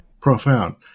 Profound